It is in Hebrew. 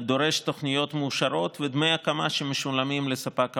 דורשת תוכניות מאושרות ודמי הקמה שמשולמים לספק המים.